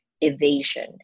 evasion